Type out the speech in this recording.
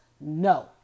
no